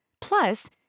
Plus